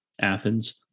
Athens